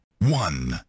one